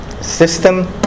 system